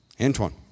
Antoine